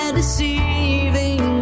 deceiving